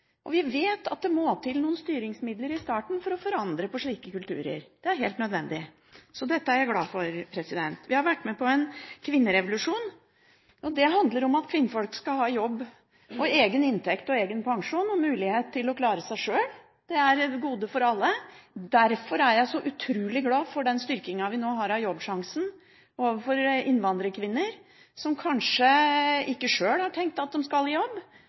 parter. Vi vet at det må til noen styringsmidler i starten for å forandre på slike kulturer. Det er helt nødvendig. Så dette er jeg glad for. Vi har vært med på en kvinnerevolusjon. Det handler om at kvinnfolk skal ha jobb, egen inntekt, egen pensjon og mulighet til å klare seg sjøl. Det er et gode for alle. Derfor er jeg så utrolig glad for den styrkingen vi nå har av Jobbsjansen overfor innvandrerkvinner som kanskje ikke sjøl har tenkt at de skal i jobb.